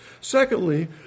Secondly